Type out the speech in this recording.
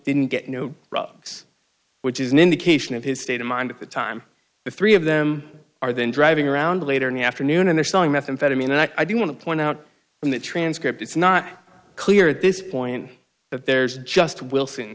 didn't get no drugs which is an indication of his state of mind at the time the three of them are then driving around later in the afternoon and they're selling methamphetamine and i do want to point out in that transcript it's not clear at this point that there's just wilson